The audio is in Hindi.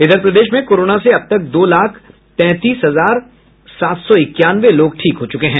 इधर प्रदेश में कोरोना से अब तक दो लाख तैंतीस हजार सात सौ इक्यानवे लोग ठीक हो चुके हैं